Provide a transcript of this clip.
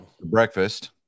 breakfast